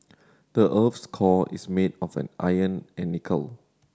the earth's core is made of an iron and nickel